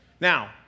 Now